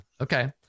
Okay